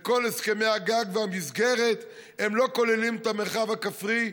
וכל הסכמי הגג והמסגרת לא כוללים את המרחב הכפרי,